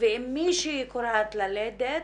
ואם מישהי כורעת ללדת,